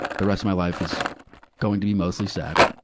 the rest of my life is going to be mostly sad.